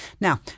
Now